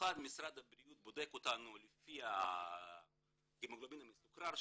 במיוחד משרד הבריאות בודק אותנו לפי ההמוגלובין המסוכרר,